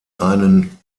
einen